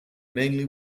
mainly